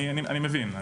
אני מבין.